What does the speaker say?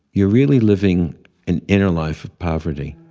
you're really living an inner life of poverty.